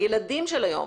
הילדים של היום